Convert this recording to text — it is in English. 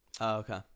Okay